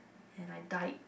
and I died